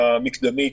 המקדמית.